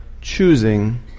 choosing